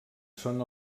són